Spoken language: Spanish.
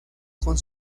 con